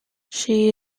she